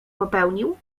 popełnił